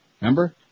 Remember